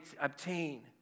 obtain